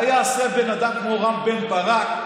מה יעשה בן אדם כמו רם בן ברק,